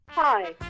Hi